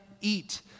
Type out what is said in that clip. eat